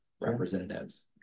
representatives